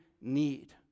need